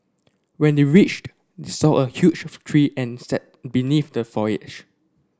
when they reached they saw a huge tree and sat beneath the